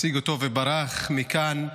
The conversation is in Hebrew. הציג אותו, וברח מכאן,